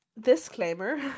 Disclaimer